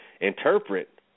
Interpret